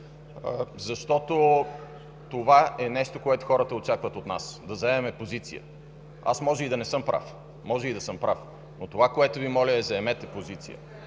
защото това е нещо, което хората очакват от нас – да заемем позиция. Аз може да не съм прав, може и да съм прав, но това, за което Ви моля, е да заемете позиция!